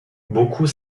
beaucoup